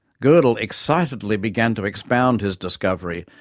godel excitedly began to expound his discovery,